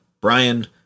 Brian